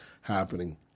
happening